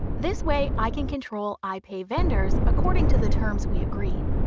this way i can control i pay vendors according to the terms we agreed.